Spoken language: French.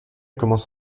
commence